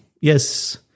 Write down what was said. yes